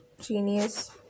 genius